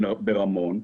ברמון.